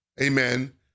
Amen